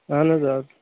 اہَن حظ آ